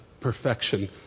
perfection